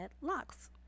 locks